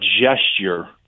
gesture